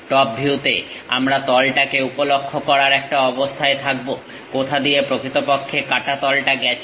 top ভিউতে আমরা তলটাকে উপলক্ষে করার একটা অবস্থায় থাকবো কোথা দিয়ে প্রকৃতপক্ষে কাঁটা তলটা গেছে